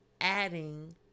adding